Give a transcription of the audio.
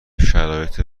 شرایط